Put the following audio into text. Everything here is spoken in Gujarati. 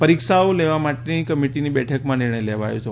પરીક્ષાઓ લેવા માટેની કમિટીની બેઠકમાં આ નિર્ણય લેવાયો હતો